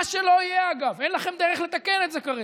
מה שלא יהיה, אגב, אין לכם דרך לתקן את זה כרגע.